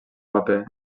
paper